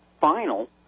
final